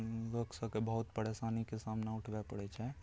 लोक सभकेँ बहुत परेशानीके सामना उठबै पड़ै छै